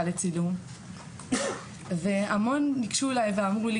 לצילום והמון ניגשו אלי ואמרו לי,